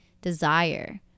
desire